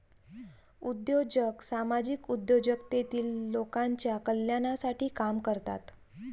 उद्योजक सामाजिक उद्योजक तेतील लोकांच्या कल्याणासाठी काम करतात